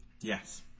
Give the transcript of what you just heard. Yes